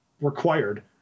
required